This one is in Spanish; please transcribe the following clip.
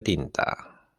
tinta